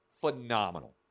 phenomenal